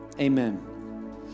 amen